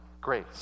grace